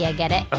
yeah get it? oh,